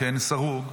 סרוג,